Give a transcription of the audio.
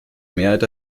mehrheit